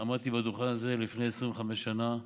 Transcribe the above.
עמדתי על הדוכן הזה לפני 25 שנה.